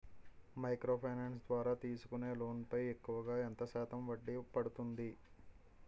Micro finance ద్వారా తీసుకునే loan పై ఎక్కువుగా ఎంత శాతం వడ్డీ పడుతుంది?